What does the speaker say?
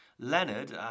leonard